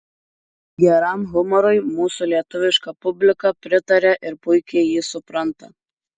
geram humorui mūsų lietuviška publika pritaria ir puikiai jį supranta